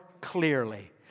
clearly